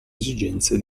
esigenze